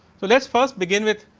so, let us first begin with